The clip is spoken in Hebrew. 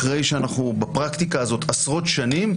אחרי שאנחנו בפרקטיקה הזאת עשרות שנים,